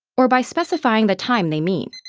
or by specifying the time they mean.